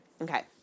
Okay